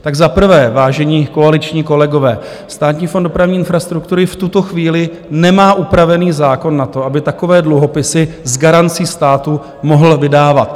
Tak za prvé, vážení koaliční kolegové, Státní fond dopravní infrastruktury v tuto chvíli nemá upravený zákon na to, aby takové dluhopisy s garancí státu mohl vydávat.